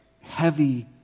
heavy